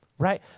Right